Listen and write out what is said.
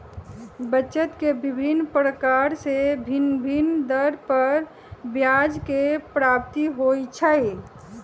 बचत के विभिन्न प्रकार से भिन्न भिन्न दर पर ब्याज के प्राप्ति होइ छइ